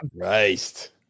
Christ